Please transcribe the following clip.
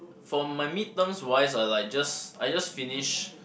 for my mid terms wise I like just I just finish